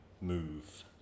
move